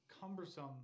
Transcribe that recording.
cumbersome